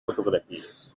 fotografies